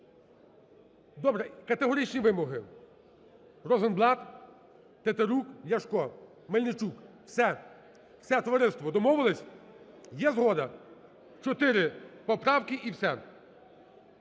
Добре. Категоричні вимоги – Розенблат, Тетерук, Ляшко, Мельничук, все. Все, товариство, домовились? Є згода? Чотири поправки і все,